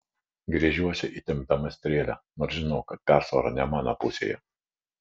gręžiuosi įtempdama strėlę nors žinau kad persvara ne mano pusėje